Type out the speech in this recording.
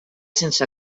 sense